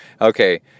Okay